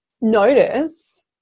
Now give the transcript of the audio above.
notice